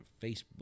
Facebook